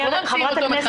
אנחנו לא ממציאים אותו מחדש.